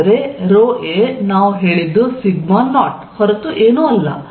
ಆದರೆ ρa ನಾವು ಹೇಳಿದ್ದು ಸಿಗ್ಮಾ ನಾಟ್ sigma naught ಹೊರತು ಏನೂ ಅಲ್ಲ